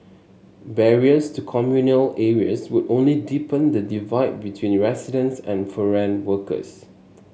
barriers to communal areas would only deepen the divide between residents and foreign workers